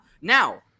now